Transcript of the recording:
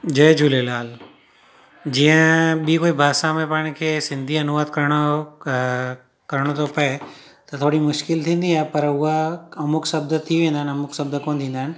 जय झूलेलाल जीअं ॿी कोई भाषा में पाण खे सिंधी अनुवाद करणो हो क करणो थो पए त थोरी मुश्किल थींदी आहे पर उहा अमुक शब्द थी वेंदा आहिनि अमुक शब्द कोन थींदा आहिनि